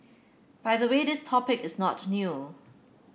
by the way this topic is not new